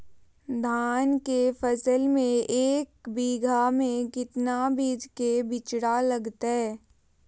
धान के फसल में एक बीघा में कितना बीज के बिचड़ा लगतय?